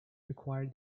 require